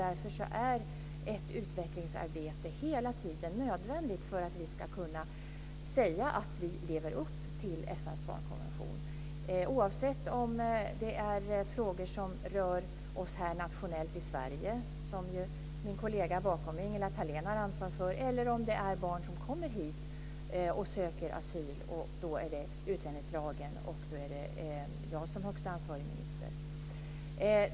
Därför är ett utvecklingsarbete hela tiden nödvändigt för att vi ska kunna säga att vi lever upp till FN:s barnkonvention - oavsett om det är frågor som rör oss här nationellt i Sverige, som ju min kollega bakom mig, Ingela Thalén, har ansvar för eller om det är barn som kommer hit och söker asyl. Då är det utlänningslagen som gäller och jag som är högsta ansvarig minister.